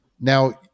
Now